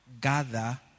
gather